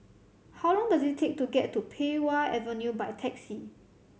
how long does it take to get to Pei Wah Avenue by taxi